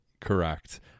Correct